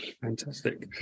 Fantastic